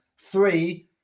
Three